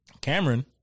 Cameron